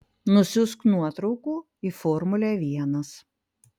nusiųsk nuotraukų į formulę vienas